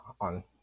on